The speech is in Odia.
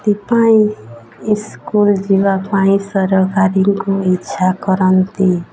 ସେଥିପାଇଁ ଇସ୍କୁଲ ଯିବା ପାଇଁ ସରକାରୀଙ୍କୁ ଇଚ୍ଛା କରନ୍ତି